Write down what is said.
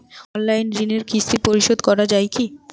Online ঋণের কিস্তি পরিশোধ করা যায় কি?